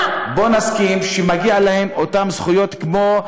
בואו נסכים שמגיעות להם אותן זכויות כמו,